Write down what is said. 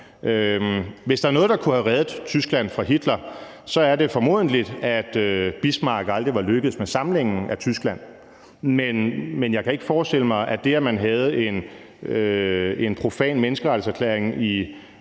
Hvis der var noget, der kunne have reddet Tyskland fra Hitler, så var det formodentlig, at Bismarck aldrig var lykkedes med samlingen af Tyskland. Men jeg kan ikke forestille mig, at det, at man havde en profan menneskerettighedserklæring i